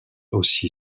aussi